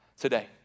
today